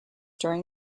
during